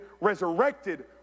resurrected